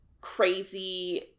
crazy